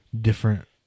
different